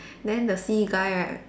then the C guy right